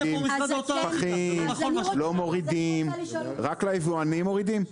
רק ליבואנים מורידים?